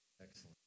Excellent